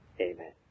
Amen